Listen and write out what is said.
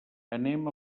anem